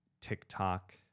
TikTok